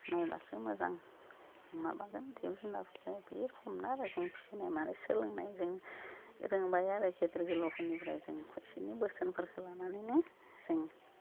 नायबासो मोजां माबागोन जिब जुनारफोरजों बियो खमना जों फिनाय मानाय सोलोंनाय जों रोंबाय आरो गेदेर गोलावफोरनिफ्राय जों खनसेनो बोसोनफोरखौ लानाानैनो जों